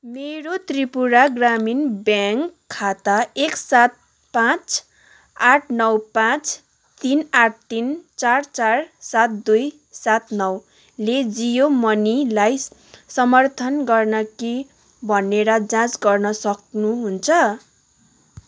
मेरो त्रिपुरा ग्रामीण ब्याङ्क खाता एक सात पाँच आठ नौ पाँच तिन आठ तिन चार चार सात दुई सात नौ ले जियो मनीलाई समर्थन गर्छ कि भनेर जाँच गर्न सक्नुहुन्छ